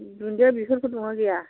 दुन्दिया बेफोरबो दंना गैया